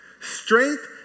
strength